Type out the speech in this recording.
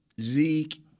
Zeke